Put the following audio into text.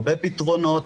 הרבה פתרונות.